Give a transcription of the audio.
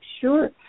sure